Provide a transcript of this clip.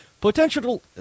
potential